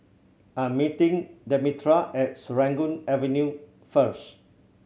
I'm meeting Demetria at Serangoon Avenue first